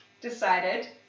decided